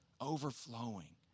overflowing